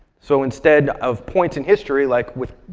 so instead of points in history, like with